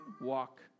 walk